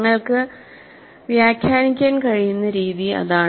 നിങ്ങൾക്ക് വ്യാഖ്യാനിക്കാൻ കഴിയുന്ന രീതി അതാണ്